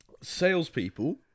Salespeople